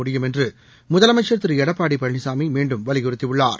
முடியும் என்று முதலமைச்சா் திரு எடப்பாடி பழனிசாமி மீண்டும் வலியுறுத்தியுள்ளார்